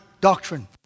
doctrine